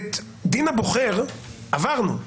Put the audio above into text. את דין הבוחר עברנו.